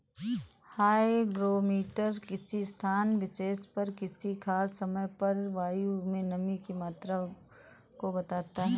hygrometer किसी स्थान विशेष पर किसी खास समय पर वायु में नमी की मात्रा को बताता है